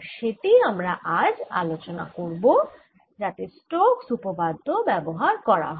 আর সেটিই আমরা আজ আলোচনা করব যাতে স্টোক্স উপপাদ্য ব্যবহার করা হয়